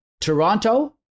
Toronto